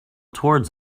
towards